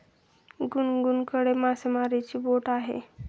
गुनगुनकडे मासेमारीची बोट आहे